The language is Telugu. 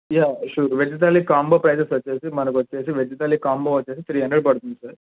yeah sure veg thali combo prices వచ్చి మనకు వచ్చి వెజ్ థాలి కాంబో వచ్చి త్రీ హండ్రెడ్ పడుతుంది సార్